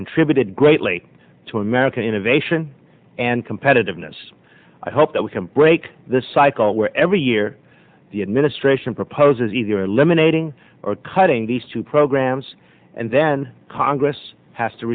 contributed greatly to american innovation and competitiveness i hope that we can break this cycle where every year the administration proposes either eliminating or cutting these two programs and then congress has to